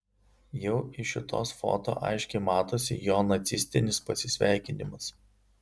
jau iš šitos foto aiškiai matosi jo nacistinis pasisveikinimas